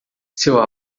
seu